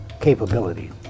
capability